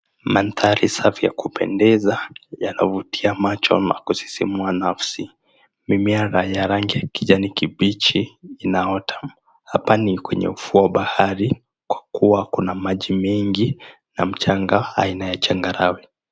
Mandhari safi ya kupendeza yanavutia macho na kusisimua nafsi. Mimea ya rangi ya kijanikibichi inaota. Hapa ni kwenye ufuo wa bahari kwa kuwa kuna maji mengi na mchanga aina ya changarawe.